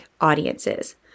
audiences